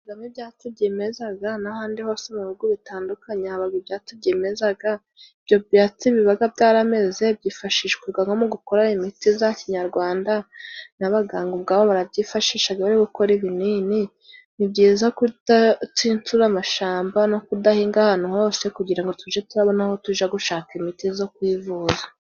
Habagaho ibyatsi byimezaga n'ahandi hose mu bihugu bitandukanye, habaga ibyatsi byimezaga. Ibyo byatsi bibaga byarameze, byifashishwaga nko mu gukora imiti za kinyarwanda, n'abaganga ubwabo barabyifashishaga bari gukora ibinini. Ni byiza kudatsitsura amashamba no kudahinga ahantu hose, kugira ngo tujye turabona aho tujya gushaka imiti zo kwivuza.